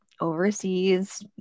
overseas